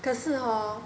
可是 hor